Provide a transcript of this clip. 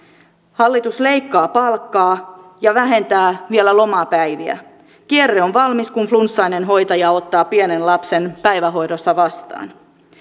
hallitus leikkaa palkkaa ja vähentää vielä lomapäiviä kierre on valmis kun flunssainen hoitaja ottaa pienen lapsen päivähoidossa vastaan